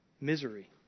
misery